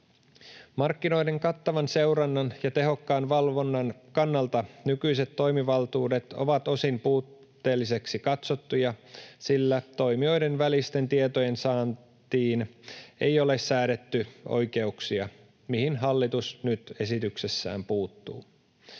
Markkinoiden kattavan seurannan ja tehokkaan valvonnan kannalta nykyiset toimivaltuudet ovat osin puutteelliseksi katsottuja, sillä toimijoiden väliseen tietojensaantiin ei ole säädetty oikeuksia, mihin hallitus nyt esityksessään puuttuu.